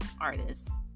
artists